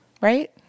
right